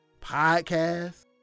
podcast